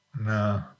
No